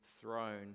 throne